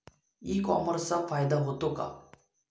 E कॉमर्सचा फायदा होतो का?